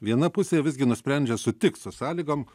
viena pusė visgi nusprendžia sutikt su sąlygom